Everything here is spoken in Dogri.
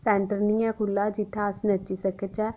स्टैंर नेईं ऐ खुल्ला जित्थै अस नच्ची सकचै